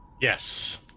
Yes